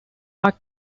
are